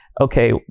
Okay